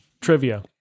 trivia